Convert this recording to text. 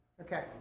Okay